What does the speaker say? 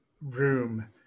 room